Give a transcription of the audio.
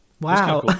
wow